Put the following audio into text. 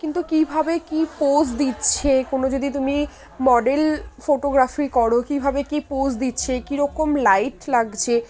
কিন্তু কীভাবে কী পোজ দিচ্ছে কোনো যদি তুমি মডেল ফটোগ্রাফি করো কীভাবে কী পোজ দিচ্ছে কীরকম লাইট লাগছে